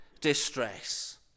distress